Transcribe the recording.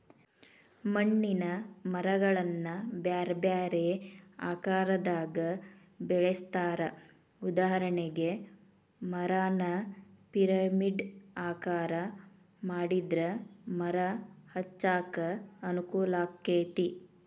ಹಣ್ಣಿನ ಮರಗಳನ್ನ ಬ್ಯಾರ್ಬ್ಯಾರೇ ಆಕಾರದಾಗ ಬೆಳೆಸ್ತಾರ, ಉದಾಹರಣೆಗೆ, ಮರಾನ ಪಿರಮಿಡ್ ಆಕಾರ ಮಾಡಿದ್ರ ಮರ ಹಚ್ಚಾಕ ಅನುಕೂಲಾಕ್ಕೆತಿ